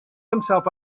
himself